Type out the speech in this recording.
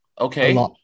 Okay